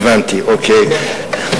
הבנתי, אוקיי.